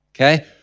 Okay